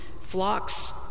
flocks